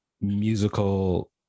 musical